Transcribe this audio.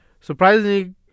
Surprisingly